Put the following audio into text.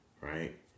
right